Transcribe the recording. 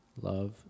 love